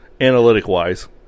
analytic-wise